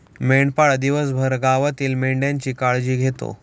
मेंढपाळ दिवसभर गावातील मेंढ्यांची काळजी घेतो